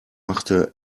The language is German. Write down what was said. machte